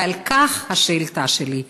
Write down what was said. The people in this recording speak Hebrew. ועל כך השאילתה שלי.